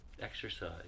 exercise